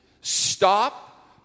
stop